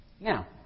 Now